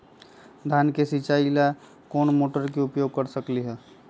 धान के सिचाई ला कोंन मोटर के उपयोग कर सकली ह?